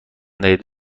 دهید